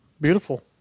Beautiful